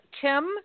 Tim